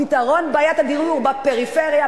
פתרון בעיית הדיור בפריפריה,